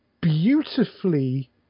beautifully